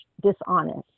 dishonest